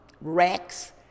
Rex